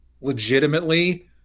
legitimately